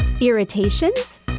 Irritations